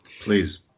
Please